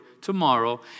tomorrow